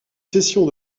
sessions